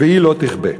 "ולא תכבה".